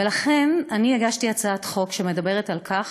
ולכן אני הגשתי הצעת חוק שמדברת על כך